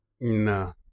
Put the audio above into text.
No